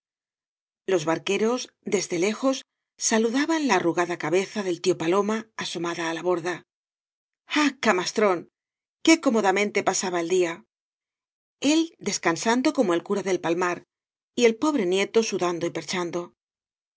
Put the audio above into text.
los barqueros desde lejos saludaban la arrugada cabeza del tío paloma asomada á la borda ah camastrón qué cómodamente pasaba el día el descansando como el cura del palmar y el pobre nieto sudando y perchando